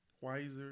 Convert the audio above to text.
Wiser